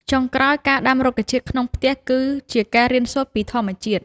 ចុងក្រោយ ការដាំរុក្ខជាតិក្នុងផ្ទះគឺជាការរៀនសូត្រពីធម្មជាតិ។